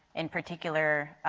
in particular,